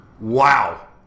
Wow